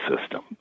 system